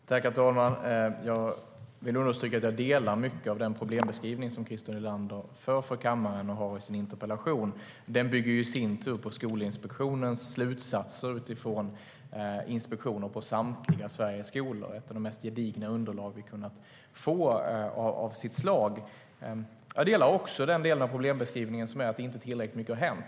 Herr talman! Jag vill understryka att jag delar mycket av den problembeskrivning som Christer Nylander framför till kammaren och i sin interpellation. Den bygger i sin tur på Skolinspektionens slutsatser utifrån inspektioner på samtliga Sveriges skolor. Det är ett av de mest gedigna underlag vi har kunnat få av sitt slag. Jag delar också den del av problembeskrivningen som gäller att inte tillräckligt mycket har hänt.